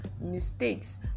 mistakes